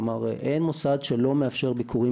אין מוסד שלא מאפשר ביקורים.